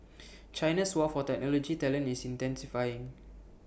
China's war for technology talent is intensifying